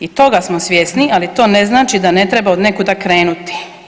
I toga smo svjesni, ali to ne znači da ne treba od nekuda krenuti.